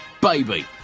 Baby